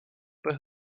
but